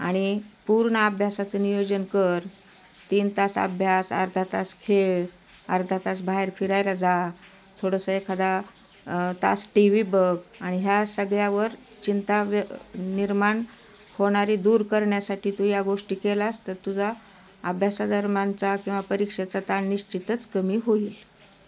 आणि पूर्ण अभ्यासाचं नियोजन कर तीन तास अभ्यास अर्धा तास खेळ अर्धा तास बाहेर फिरायला जा थोडंसं एखादा तास टी व्ही बघ आणि ह्या सगळ्यावर चिंता व्य निर्माण होणारी दूर करण्यासाठी तू या गोष्टी केलास तर तुझा अभ्यासादरम्यानचा किंवा परीक्षेचा ताण निश्चितच कमी होईल